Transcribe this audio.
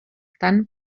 tant